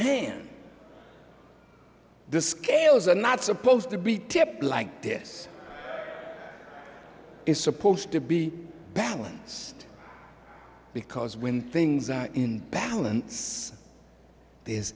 hand the scales are not supposed to be tipped like this is supposed to be balanced because when things are in balance